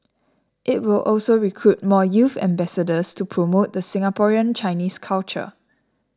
it will also recruit more youth ambassadors to promote the Singaporean Chinese culture